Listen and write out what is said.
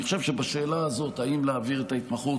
אני חושב שבשאלה אם לקצר את ההתמחות